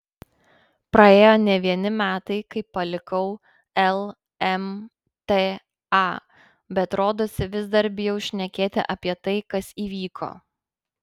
praėjo ne vieni metai kai palikau lmta bet rodosi vis dar bijau šnekėti apie tai kas įvyko